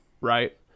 right